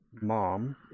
mom